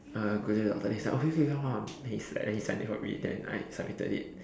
uh go to the doctor then he was like okay okay come come come then he signed it for me then I submitted it